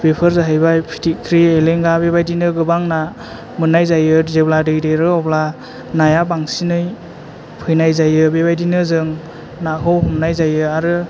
बेफोर जाहैबाय फिथिख्रि एलेङा बेबादिनो गोबां ना मोन्नाय जायो जेब्ला दै देरो अब्ला नाया बांसिनै फैनाय जायो बेबादिनो जों नाखौ हमनाय जायो आरो